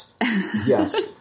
Yes